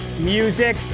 music